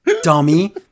dummy